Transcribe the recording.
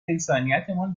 انسانیتمان